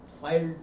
filed